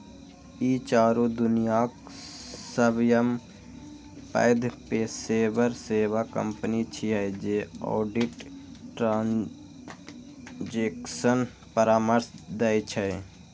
ई चारू दुनियाक सबसं पैघ पेशेवर सेवा कंपनी छियै जे ऑडिट, ट्रांजेक्शन परामर्श दै छै